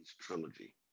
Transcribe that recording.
trilogy